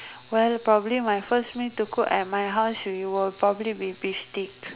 well probably my first meal to cook at my house you will probably be beef steak